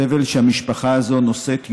סבל שהמשפחה הזו נושאת יום-יום,